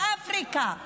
באפריקה.